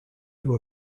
who